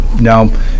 now